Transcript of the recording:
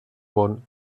món